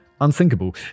unthinkable